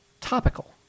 topical